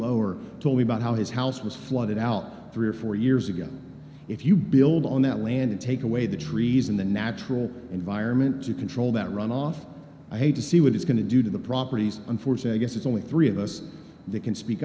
lower told me about how his house was flooded out three or four years ago if you build on that land and take away the trees in the natural environment you troll that run off i hate to see what it's going to do to the properties unfortunate i guess it's only three of us they can speak